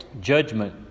judgment